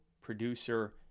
producer